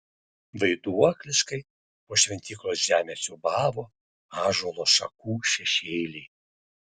vaiduokliškai po šventyklos žemę siūbavo ąžuolo šakų šešėliai